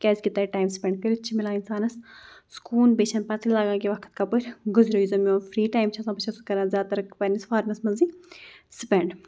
کیٛازِکہِ تَتہِ time spend کٔرِتھ چھِ مِلان اِنسانَس سکوٗن بیٚیہِ چھَنہٕ پَتہٕ ہٕے لگان کہِ وقت کَپٲرۍ گُزریو یُس زَن میون فِرٛی ٹایم چھُ آسان بہٕ چھَس سُہ کَران زیادٕتَر پنٛںِس فارمَس منٛزٕے سپٮ۪نٛڈ